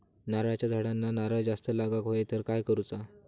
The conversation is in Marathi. नारळाच्या झाडांना नारळ जास्त लागा व्हाये तर काय करूचा?